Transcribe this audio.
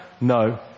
no